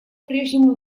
прежнему